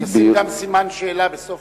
תשים גם סימן שאלה בסוף,